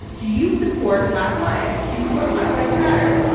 do you support black lives? do you support black lives matter?